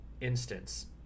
instance